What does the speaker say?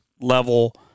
level